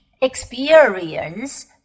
experience